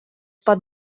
pot